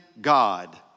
God